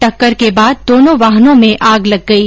टक्कर के बाद दोनो वाहनों में आग लग गई